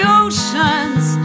oceans